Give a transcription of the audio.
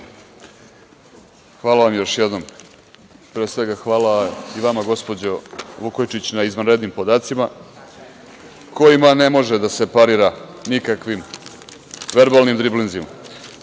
Hvala vam još jednom. Pre svega hvala i vama gospođo Vukojičić na izvanrednim podacima kojima ne može da se parira nikakvim verbalnim driblinzima. Svima